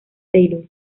taylor